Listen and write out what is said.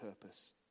purpose